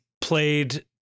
played